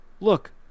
look